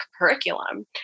curriculum